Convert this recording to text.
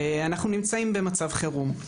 אנחנו נמצאים במצב חירום,